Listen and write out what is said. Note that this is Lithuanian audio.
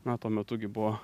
na tuo metu gi buvo